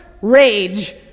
Rage